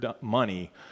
money